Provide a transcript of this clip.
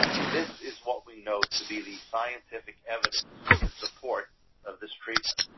this is what we know to be the scientific evidence in support of this treatment.